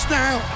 now